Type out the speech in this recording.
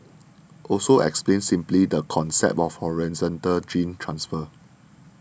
also explained simply the concept of horizontal gene transfer